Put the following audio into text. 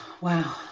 Wow